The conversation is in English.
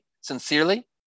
sincerely